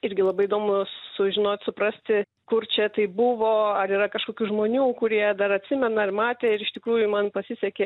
irgi labai įdomu sužinot suprasti kur čia tai buvo ar yra kažkokių žmonių kurie dar atsimena ar matė ir iš tikrųjų man pasisekė